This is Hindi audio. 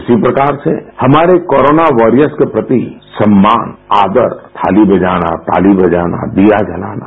उसी प्रकार से हमारे कोरोना वारियर्स के प्रति सम्मान आदर थाली बजाना ताली बजाना दिया जलाना